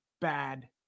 bad